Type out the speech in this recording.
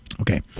okay